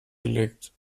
gelegt